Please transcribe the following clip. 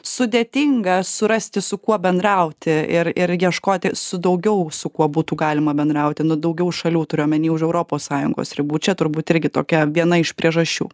sudėtinga surasti su kuo bendrauti ir ir ieškoti su daugiau su kuo būtų galima bendrauti nu daugiau šalių turiu omeny už europos sąjungos ribų čia turbūt irgi tokia viena iš priežasčių